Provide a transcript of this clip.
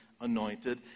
anointed